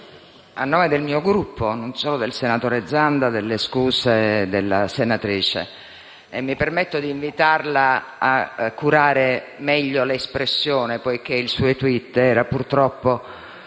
a nome del mio Gruppo e non solo del senatore Zanda, delle scuse della senatrice. Mi permetto di invitarla a curare meglio l'espressione, poiché il suo *tweet* era, purtroppo,